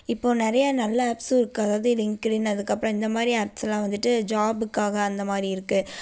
இப்போ நிறைய நல்ல ஆப்ஸூம் இருக்குது அதாவது லிங்க்லின் அதுக்கப்புறம் இந்தமாதிரி ஆப்ஸ் எல்லாம் வந்துட்டு ஜாப்புக்காக அந்தமாதிரி இருக்குது